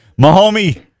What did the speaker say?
Mahomie